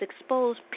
exposed